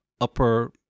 upper